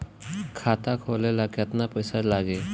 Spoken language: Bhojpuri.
खाता खोले ला केतना पइसा लागी?